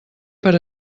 per